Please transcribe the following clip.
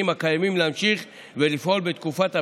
הקיימים להמשיך לפעול בתקופת הביניים.